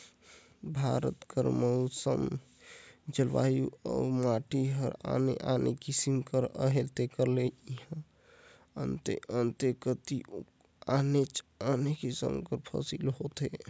भारत कर मउसम, जलवायु अउ माटी हर आने आने किसिम कर अहे तेकर ले इहां अन्ते अन्ते कती आनेच आने किसिम कर फसिल होथे